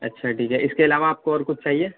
اچھا ٹھیک ہے اس کے علاوہ آپ کو اور کچھ چاہیے